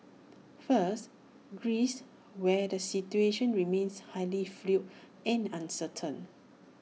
first Greece where the situation remains highly fluid and uncertain